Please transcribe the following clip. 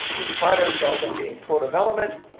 we pride ourselves on being pro-development.